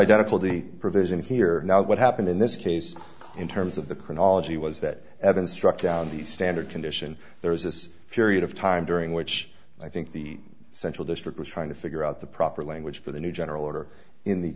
identical to the provision here not what happened in this case in terms of the chronology was that evan struck down the standard condition there was this period of time during which i think the central district was trying to figure out the proper language for the new general order in the